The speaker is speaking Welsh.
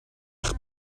eich